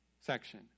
section